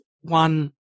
one